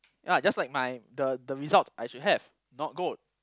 ya just like my the the results I should have not gold